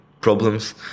problems